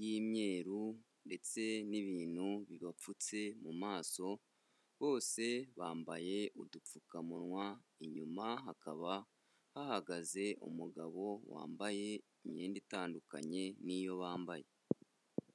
y'imyeru ndetse n'ibintu bibapfutse mu maso, bose bambaye udupfukamunwa, inyuma hakaba hahagaze umugabo wambaye imyenda itandukanye n'iyo bambaye.